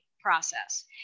process